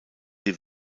die